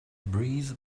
breeze